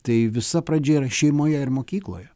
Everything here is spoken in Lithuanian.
tai visa pradžia yra šeimoje ir mokykloje